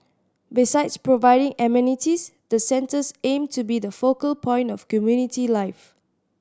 besides providing amenities the centres aim to be the focal point of community life